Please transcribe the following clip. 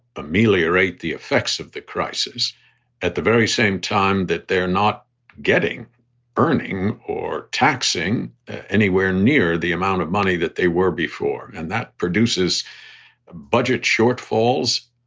ameliorate the effects of the crisis at the very same time that they're not getting earning or taxing anywhere near the amount of money that they were before. and that produces budget shortfalls.